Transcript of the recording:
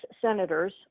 Senators